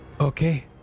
Okay